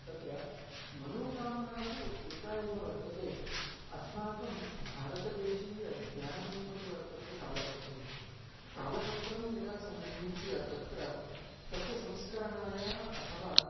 तत्र मनोकामना तु एका एव वर्तते अस्माकं भारतदेशीय ज्ञानसम्पत्तिः वर्तते तालपत्रेषु तालपत्रं यदा सङ्गृह्य तत्र तस्य संस्करणाय अथवा